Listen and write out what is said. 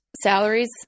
salaries